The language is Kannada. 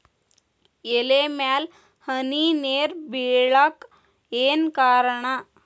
ಎಲೆ ಮ್ಯಾಲ್ ಹನಿ ನೇರ್ ಬಿಳಾಕ್ ಏನು ಕಾರಣ?